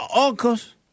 uncles